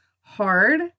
hard